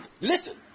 Listen